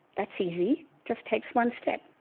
that's easy just takes one step.